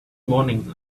morning